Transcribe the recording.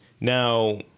Now